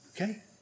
Okay